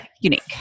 unique